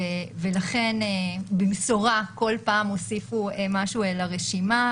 לכן במשורה כל פעם הוסיפו משהו לרשימה,